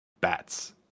Bats